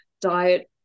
diet